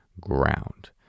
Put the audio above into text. ground